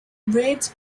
raids